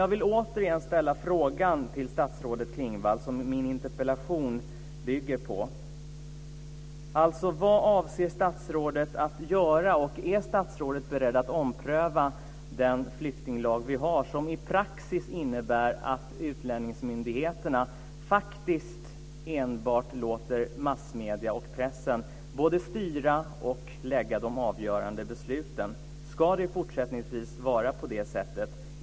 Jag vill återigen ställa den fråga till statsrådet Klingvall som min interpellation bygger på: Vad avser statsrådet att göra, och är statsrådet beredd att ompröva den flyktinglag vi har som i praxis innebär att utlänningsmyndigheterna faktiskt enbart låter massmedierna och pressen både styra och lägga de avgörande besluten? Ska det fortsättningsvis vara på det sättet?